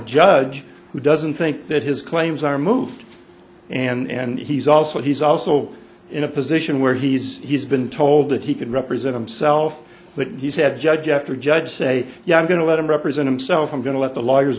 judge who doesn't think that his claims are moved and he's also he's also in a position where he's he's been told that he could represent himself but he said judge after judge say yeah i'm going to let him represent himself i'm going to let the lawyers